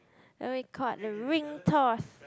then we caught the ring toss